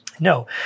No